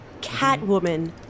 Catwoman